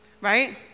right